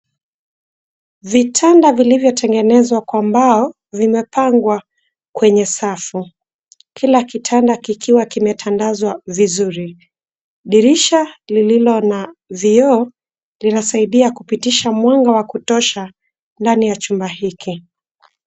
Vitanda vilivyotengenezwa kwa mbao vimepangwa kwenye safu. Kila kitanda kikiwa kimetandazwa vizuri. Dirisha lililo na vioo linasaidia kupitisha mwanga wa kutosha dani ya chumba hiki.